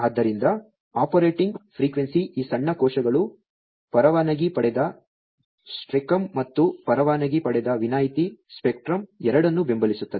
ಆದ್ದರಿಂದ operating frequency ಈ ಸಣ್ಣ ಕೋಶಗಳು ಪರವಾನಗಿ ಪಡೆದ ಸ್ಪೆಕ್ಟ್ರಮ್ ಮತ್ತು ಪರವಾನಗಿ ಪಡೆದ ವಿನಾಯಿತಿ ಸ್ಪೆಕ್ಟ್ರಮ್ ಎರಡನ್ನೂ ಬೆಂಬಲಿಸುತ್ತವೆ